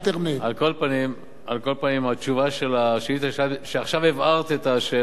על כל פנים, עכשיו כשהבהרת את השאלה שלך,